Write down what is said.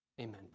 Amen